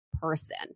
person